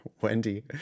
Wendy